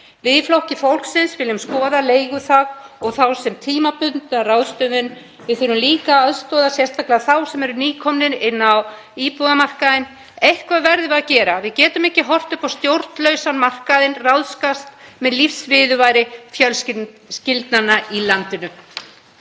Við í Flokki fólksins viljum skoða leiguþak og þá sem tímabundna ráðstöfun. Við þurfum líka að aðstoða sérstaklega þá sem eru nýkomnir inn á íbúðamarkaðinn. Eitthvað verðum við að gera. Við getum ekki horft upp á stjórnlausan markaðinn ráðskast með lífsviðurværi fjölskyldnanna í landinu.